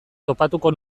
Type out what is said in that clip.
topatuko